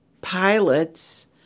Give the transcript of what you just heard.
pilots